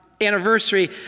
anniversary